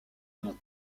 noms